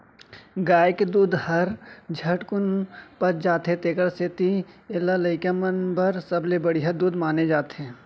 गाय के दूद हर झटकुन पच जाथे तेकर सेती एला लइका मन बर सबले बड़िहा दूद माने जाथे